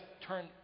turn